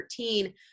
2013